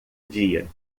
dia